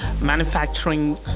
manufacturing